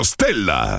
Stella